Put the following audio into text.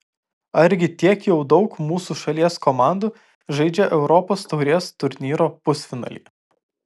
argi tiek jau daug mūsų šalies komandų žaidžia europos taurės turnyro pusfinalyje